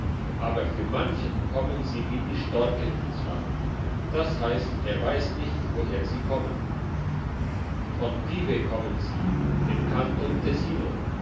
aber für manchen kommen sie wie die storken ins land das heisst er weiss nicht woher sie kommen von pieve kommen sie im kanton tessino